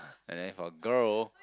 and then for girl